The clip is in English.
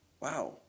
Wow